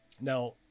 Now